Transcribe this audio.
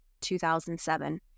2007